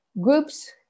groups